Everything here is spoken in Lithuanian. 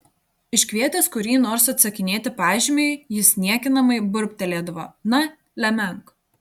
iškvietęs kurį nors atsakinėti pažymiui jis niekinamai burbteldavo na lemenk